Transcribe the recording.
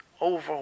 over